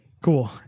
cool